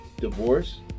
divorce